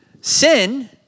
sin